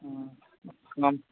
हूँ हम